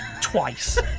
twice